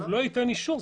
לא ייתן אישור.